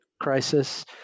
crisis